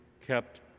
kept